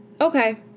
Okay